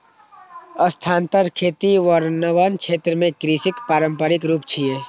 स्थानांतरण खेती वर्षावन क्षेत्र मे कृषिक पारंपरिक रूप छियै